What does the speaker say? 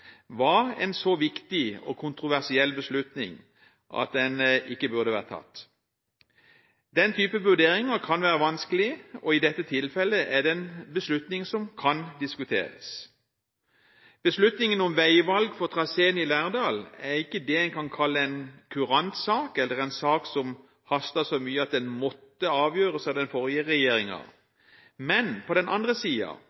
var en så viktig og kontroversiell beslutning at den ikke burde vært tatt. Den type vurderinger kan være vanskelige, og i dette tilfellet er det en beslutning som kan diskuteres. Beslutningen om veivalg for traseen i Lærdal er ikke det en kan kalle en kurant sak eller en sak som hastet så mye at den måtte avgjøres av den forrige